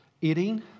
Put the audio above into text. eating